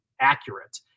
accurate